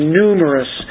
numerous